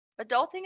Adulting